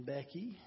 Becky